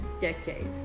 decade